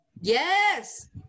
yes